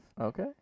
Okay